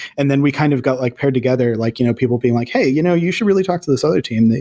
and then we kind of got like paired together, like you know people being like, hey, you know you should really talk to this other team.